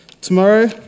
tomorrow